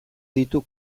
ditu